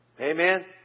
Amen